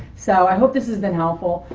so i hope this has been helpful.